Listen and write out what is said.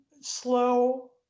slow